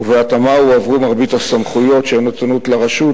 ובהתאמה הועברו מרבית הסמכויות שהיו נתונות לרשות,